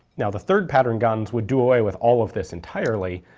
now the third pattern guns would do away with all of this entirely,